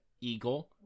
Eagle